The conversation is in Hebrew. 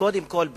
קודם כול ביטחון.